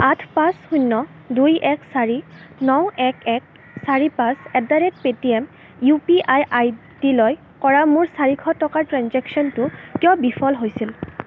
আঠ পাঁচ শূণ্য় দুই এক চাৰি ন এক এক চাৰি পাঁচ at the rate Paytm U P I আইডিলৈ কৰা মোৰ চাৰিশ টকাৰ ট্ৰেঞ্জেক্সনটো কিয় বিফল হৈছিল